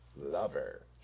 lover